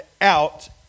out